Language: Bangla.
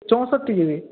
চৌষট্টি জিবি